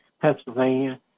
Pennsylvania